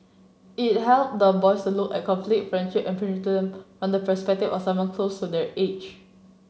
it help the boys look at conflict friendship and prejudice from the perspective of someone close to their age